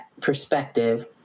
perspective